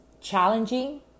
challenging